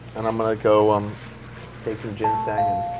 and i'm going to go um take some ginseng and